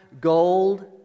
gold